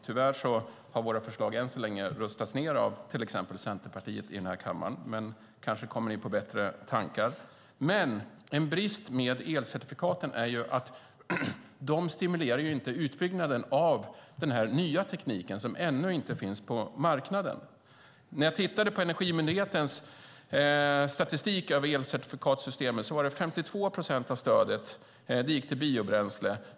Tyvärr har våra förslag än så länge röstats ned av exempelvis Centerpartiet i den här kammaren. Kanske kommer ni på bättre tankar. En brist med elcertifikaten är dock att de inte stimulerar utbyggnad av den nya teknik som ännu inte finns på marknaden. Jag har tittat på Energimyndighetens statistik över elcertifikatssystemet. 52 procent av stödet går till biobränsle.